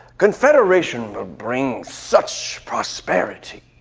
confederation will bring such prosperity.